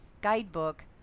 guidebook